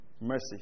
Mercy